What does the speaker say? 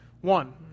One